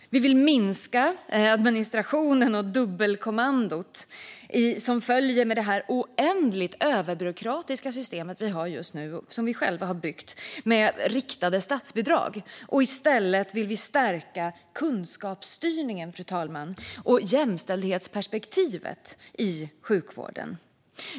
Vi vill minska administrationen och dubbelkommandot, som följer med det oändligt överbyråkratiska system vi har just nu och som vi själva har byggt, med riktade statsbidrag. I stället vill vi stärka kunskapsstyrningen och jämställdhetsperspektivet i sjukvården.